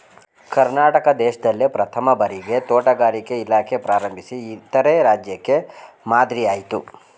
ಕರ್ನಾಟಕ ದೇಶ್ದಲ್ಲೇ ಪ್ರಥಮ್ ಭಾರಿಗೆ ತೋಟಗಾರಿಕೆ ಇಲಾಖೆ ಪ್ರಾರಂಭಿಸಿ ಇತರೆ ರಾಜ್ಯಕ್ಕೆ ಮಾದ್ರಿಯಾಯ್ತು